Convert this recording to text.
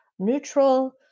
neutral